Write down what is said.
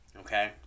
Okay